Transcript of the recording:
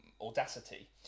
audacity